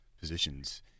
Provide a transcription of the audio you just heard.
positions